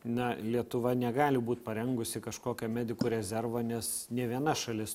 na lietuva negali būt parengusi kažkokio medikų rezervo nes nė viena šalis